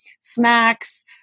snacks